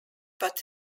but